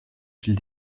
fil